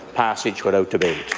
passage without debate.